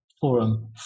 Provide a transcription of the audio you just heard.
Forum